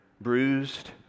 bruised